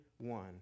one